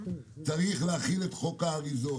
צריך להחיל את חוק האריזות,